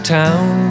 town